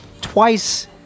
twice